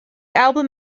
album